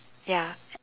ya